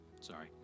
sorry